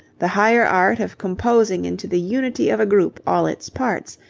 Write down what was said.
the higher art of composing into the unity of a group all its parts,